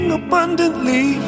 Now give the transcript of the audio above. abundantly